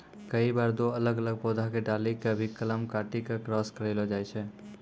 कई बार दो अलग अलग पौधा के डाली कॅ भी कलम काटी क क्रास करैलो जाय छै